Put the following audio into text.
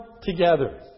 together